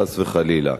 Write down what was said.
חס וחלילה.